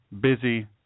busy